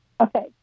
Okay